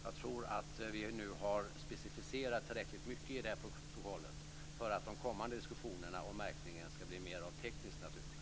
Jag tror att vi nu har specificerat tillräckligt mycket i protokollet för att de kommande diskussionerna om märkningen ska bli av mer teknisk natur.